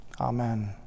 Amen